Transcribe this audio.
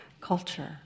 culture